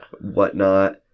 whatnot